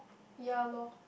ya loh